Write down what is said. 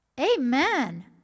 Amen